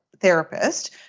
therapist